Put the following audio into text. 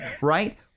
Right